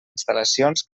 instal·lacions